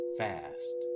fast